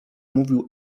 mówił